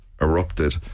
erupted